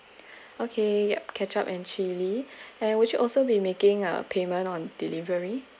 okay ketchup and chili and would you also be making uh payment on delivery